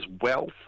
wealth